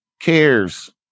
cares